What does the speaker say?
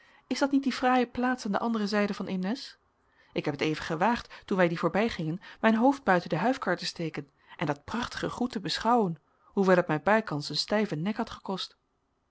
is dat niet die fraaie plaats aan de andere zijde van eemnes ik heb het even gewaagd toen wij die voorbijgingen mijn hoofd buiten de huifkar te steken en dat prachtige goed te beschouwen hoewel het mij bijkans een stijven nek had gekost